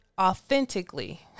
authentically